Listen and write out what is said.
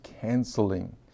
canceling